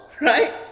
right